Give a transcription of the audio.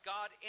God